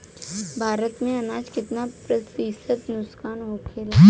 भारत में अनाज कितना प्रतिशत नुकसान होखेला?